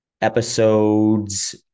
episodes